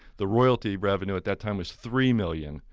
the royalty revenue at that time was three million